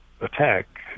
attack